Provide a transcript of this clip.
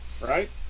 Right